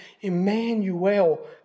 Emmanuel